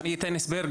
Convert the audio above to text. אני אתן הסבר,